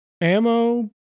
Ammo